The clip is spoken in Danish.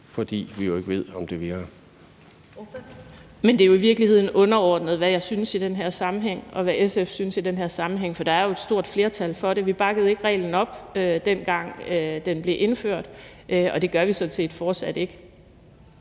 Karina Lorentzen Dehnhardt (SF): Men det er jo i virkeligheden underordnet, hvad jeg synes i den her sammenhæng, og hvad SF synes i den her sammenhæng, for der er jo et stort flertal for det. Vi bakkede ikke reglen op, dengang den blev indført, og det gør vi sådan set fortsat ikke.